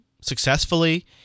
successfully